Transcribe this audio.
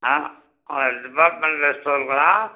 departmental ஸ்டோருங்களா